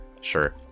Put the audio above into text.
Sure